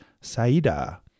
Saida